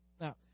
Now